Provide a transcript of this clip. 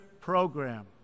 program